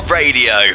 radio